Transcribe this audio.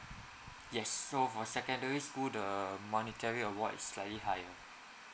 yes so for secondary school the monetary award is slightly higher